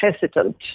hesitant